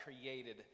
created